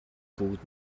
бүгд